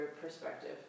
perspective